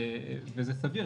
זה סביר,